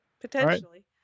Potentially